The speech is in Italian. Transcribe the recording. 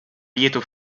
lieto